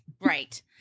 right